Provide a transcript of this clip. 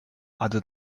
other